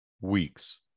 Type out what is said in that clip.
weeks